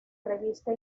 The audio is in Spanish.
revista